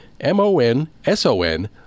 M-O-N-S-O-N